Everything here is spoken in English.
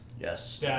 Yes